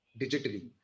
digitally